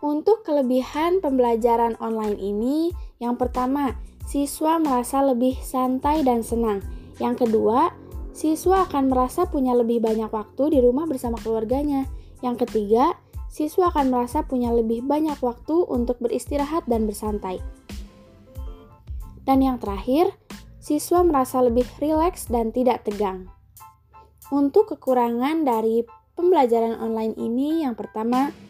Untuk kelebihan pembelajaran online ini, yang pertama, siswa merasa lebih santai dan senang. Yang kedua, siswa akan merasa punya lebih banyak waktu di rumah bersama keluarganya. Yang ketiga, siswa akan merasa punya lebih banyak waktu untuk beristirahat dan bersantai. Dan yang terakhir, siswa merasa lebih rileks dan tidak tegang. Untuk kekurangan dari pembelajaran online ini, yang pertama,